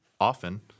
often